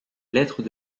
lettres